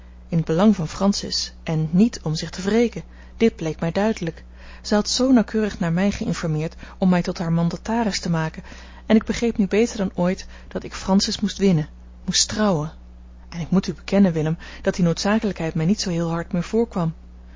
in t belang van francis en niet om zich te wreken dit bleek mij duidelijk zij had zoo nauwkeurig naar mij geïnformeerd om mij tot haar mandataris te maken en ik begreep nu beter dan ooit dat ik francis moest winnen moest trouwen en ik moet u bekennen willem dat die noodzakelijkheid mij niet zoo heel hard meer voorkwam